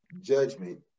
judgment